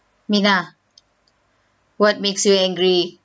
minah what makes you angry